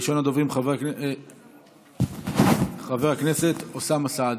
ראשון הדוברים, חבר הכנסת אוסאמה סעדי,